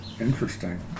Interesting